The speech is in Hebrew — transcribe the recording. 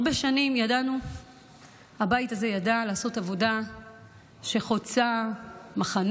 הרבה שנים הבית הזה ידע לעשות עבודה שחוצה מחנות,